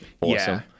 awesome